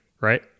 right